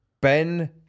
Ben